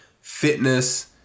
fitness